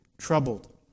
Troubled